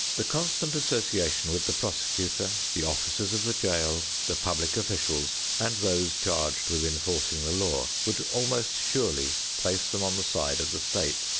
the constant association with the prosecutor, the officers of the jail, the public officials, and those charged with enforcing the law, would almost surely place them on the side of the state.